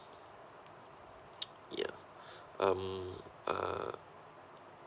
ya um uh